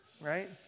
right